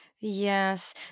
Yes